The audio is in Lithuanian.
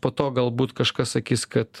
po to galbūt kažkas sakys kad